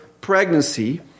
pregnancy